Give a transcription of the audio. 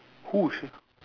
who sia